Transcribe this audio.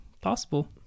possible